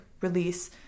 release